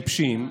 אגב,